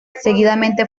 seguidamente